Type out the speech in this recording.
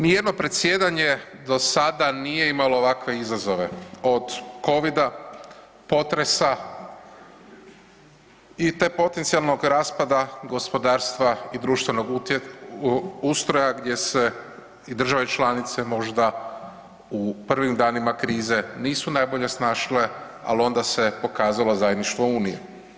Ni jedno predsjedanje do sada nije imalo ovakve izazove od covida, potresa i tog potencijalnog raspada gospodarstva i društvenog ustroja gdje se i država i članice možda u prvim danima krize nisu najbolje snašle, ali onda se pokazalo zajedništvo u Uniji.